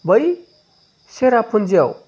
बै सेरापुन्जिआव